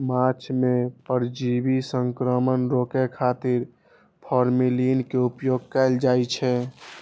माछ मे परजीवी संक्रमण रोकै खातिर फॉर्मेलिन के उपयोग कैल जाइ छै